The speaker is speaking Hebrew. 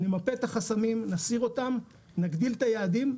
נמפה את החסמים, נסיר אותם, נגדיל את היעדים.